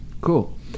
cool